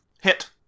Hit